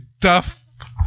duff